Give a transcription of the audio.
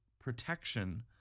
protection